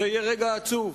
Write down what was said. זה יהיה רגע עצוב.